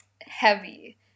heavy